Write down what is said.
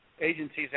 agencies